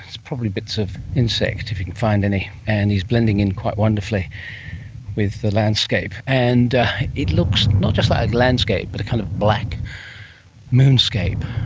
it's probably bits of insect, if he can find any. and he's blending in quite wonderfully with the landscape. and it looks not just like a landscape but a kind of black moonscape.